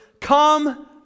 Come